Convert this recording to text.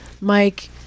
Mike